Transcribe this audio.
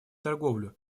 торговлю